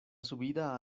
subida